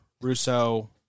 Russo